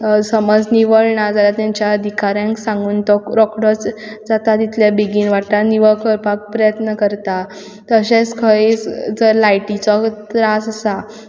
समज निवळ ना जाल्यार तांच्या अधिकाऱ्यांक सांगून तो रोकडोच जाता तितले बेगीन निवळ करपाक प्रयत्न करता तशेंच खंय जर लायटीचो त्रास आसा